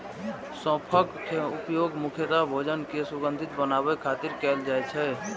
सौंफक उपयोग मुख्यतः भोजन कें सुगंधित बनाबै खातिर कैल जाइ छै